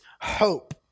hope